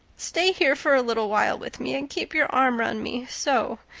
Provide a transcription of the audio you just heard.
stay here for a little while with me and keep your arm round me so.